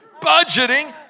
Budgeting